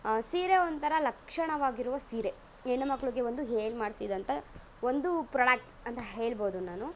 ಸೀರೆ ಒಂಥರ ಲಕ್ಷಣವಾಗಿರುವ ಸೀರೆ ಹೆಣ್ಣು ಮಕ್ಕಳ್ಗೆ ಒಂದು ಹೇಳಿ ಮಾಡಿಸಿದಂಥ ಒಂದು ಪ್ರಾಡಕ್ಟ್ಸ್ ಅಂತ ಹೇಳ್ಬೌದು ನಾನು